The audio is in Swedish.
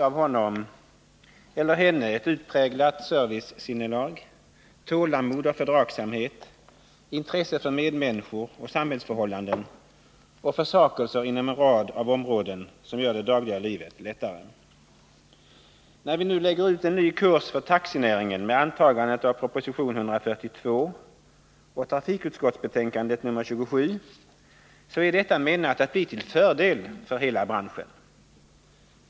Av honom eller henne krävs ett utpräglat servicesinnelag, tålamod och fördragsamhet, intresse för medmänniskor och samhällsförhållanden samt försakelser inom en rad områden som gör det dagliga livet lättare. När vi nu lägger ut en ny kurs för taxinäringen med antagandet av proposition 142 och trafikutskottets betänkande nr 27, så är detta menat att bli till fördel för hela branschen.